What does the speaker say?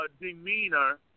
demeanor